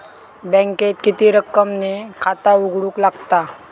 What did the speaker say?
बँकेत किती रक्कम ने खाता उघडूक लागता?